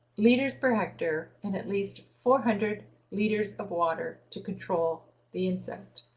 liters per hectare in at least four hundred liters of water to control the insect.